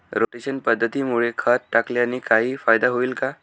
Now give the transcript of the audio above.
Rotation पद्धतीमुळे खत टाकल्याने काही फायदा होईल का?